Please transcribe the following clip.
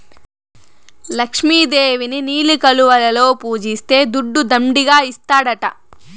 లక్ష్మి దేవిని నీలి కలువలలో పూజిస్తే దుడ్డు దండిగా ఇస్తాడట